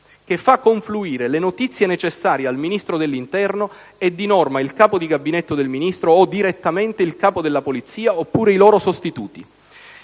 che fa confluire le notizie necessarie al Ministro dell'interno è di norma il Capo Gabinetto del Ministro o direttamente il Capo della Polizia, oppure i loro sostituti.